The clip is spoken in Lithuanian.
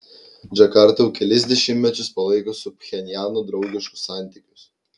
džakarta jau kelis dešimtmečius palaiko su pchenjanu draugiškus santykius